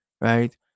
Right